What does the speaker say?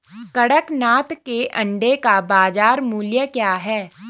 कड़कनाथ के अंडे का बाज़ार मूल्य क्या है?